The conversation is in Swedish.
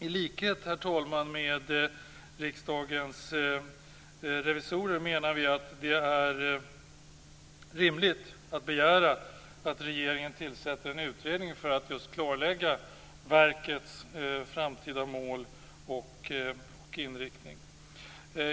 I likhet med Riksdagens revisorer menar vi att det är rimligt att begära att regeringen tillsätter en utredning för att just klarlägga verkets framtida mål och inriktning.